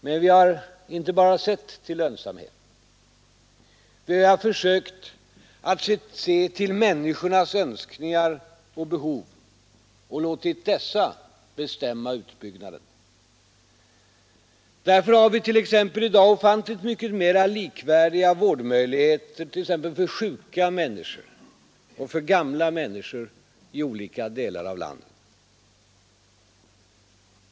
Men vi har inte bara sett till lönsamheten. Vi har försökt se till människornas önskningar och behov och låtit dessa bestämma utbyggnaden. Därför har vi t.ex. i dag ofantligt mycket mera likvärdiga vårdmöjligheter för sjuka människor och för gamla människor i olika delar av landet.